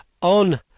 on